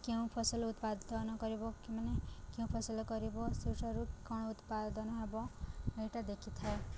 କେଉଁ ଫସଲ ଉତ୍ପାଦନ କରିବ କି ମାନେ କେଉଁ ଫସଲ କରିବ ସେଠାରୁ କଣ ଉତ୍ପାଦନ ହେବ ଏଇଟା ଦେଖିଥାଏ